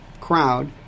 crowd